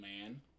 Man